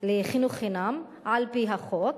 לחינוך חינם על-פי החוק,